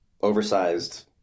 oversized